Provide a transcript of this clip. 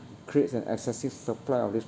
creates an excessive supply of this